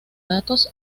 datos